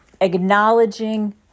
acknowledging